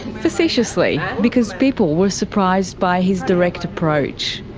facetiously, because people were surprised by his direct approach.